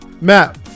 Matt